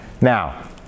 Now